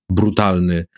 brutalny